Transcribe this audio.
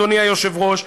אדוני היושב-ראש,